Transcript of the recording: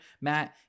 Matt